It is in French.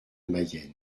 mayenne